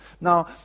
now